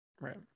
right